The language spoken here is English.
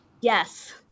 Yes